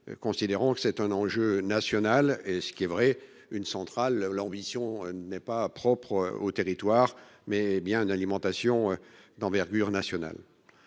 Considérant que c'est un enjeu national, ce qui est vrai, une centrale. L'ambition n'est pas propre au territoire mais bien d'alimentation d'envergure nationale.